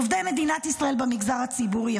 עובדי מדינת ישראל במגזר הציבורי,